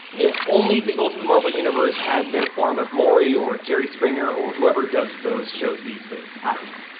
if only the ultimate marvel universe had their form of maury or jerry springer or whoever does those shows these days. i don't know.